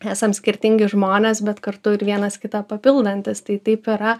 esam skirtingi žmonės bet kartu ir vienas kitą papildantys tai taip yra